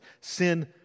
Sin